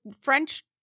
French